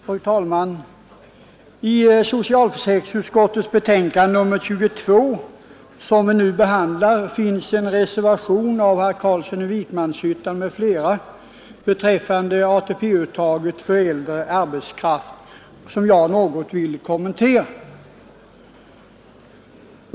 Fru talman! I socialförsäkringsutskottets betänkande nr 22, som vi nu behandlar, finns en reservation av herr Carlsson i Vikmanshyttan m.fl. beträffande ATP-uttaget för äldre arbetskraft, och jag vill något kommentera denna reservation.